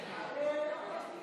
להעביר